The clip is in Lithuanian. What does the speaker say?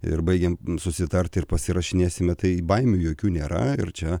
ir baigiam susitarti ir pasirašinėsime tai baimių jokių nėra ir čia